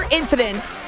incidents